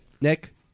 Nick